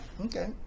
Okay